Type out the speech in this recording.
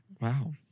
Wow